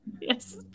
Yes